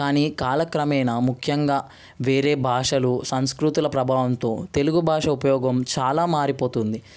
కానీ కాలక్రమేణా ముఖ్యంగా వేరే భాషలు సంస్కృతుల ప్రభావంతో తెలుగు భాష ఉపయోగం చాలా మారిపోతుంది